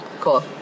cool